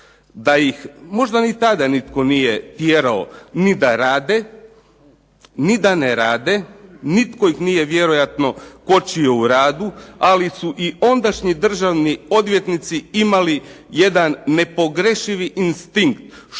da ih možda ni tada nitko nije tjerao ni da rade, ni da ne rade, nitko ih nije vjerojatno kočio u radu, ali su i ondašnji državni odvjetnici imali jedan nepogrešivi instinkt